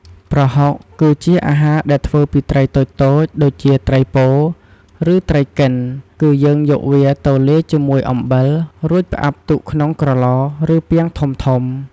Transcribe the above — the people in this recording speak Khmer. ប្រហុក គឺជាអាហារដែលធ្វើពីត្រីតូចៗដូចជាត្រីពោ ឬត្រីកិន គឺយើងយកវាទៅលាយជាមួយអំបិល រួចផ្អាប់ទុកក្នុងក្រឡ ឬពាងធំៗ។